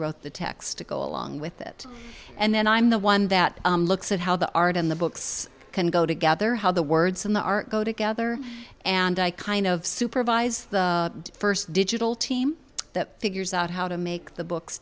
wrote the text to go along with it and then i'm the one that looks at how the art and the books can go together how the words and the art go together and i kind of supervise the first digital team that figures out how to make the books